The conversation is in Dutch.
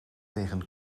tegen